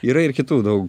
yra ir kitų daug